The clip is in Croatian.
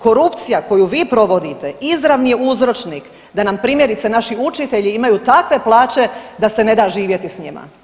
Korupcija koju vi provodite izravni je uzročnik da nam primjerice naši učitelji imaju takve plaće da se neda živjeti s njima.